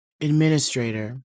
Administrator